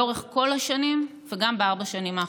לאורך כל השנים וגם בארבע השנים האחרונות.